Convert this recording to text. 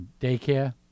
daycare